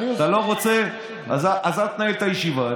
אתה לא רוצה, אז אל תנהל את הישיבה.